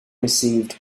received